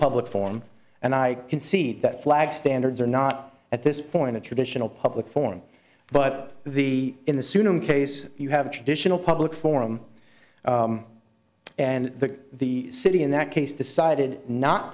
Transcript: public form and i can see that flag standards are not at this point a traditional public forum but the in the soon case you have a traditional public forum and the city in that case decided not